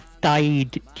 Died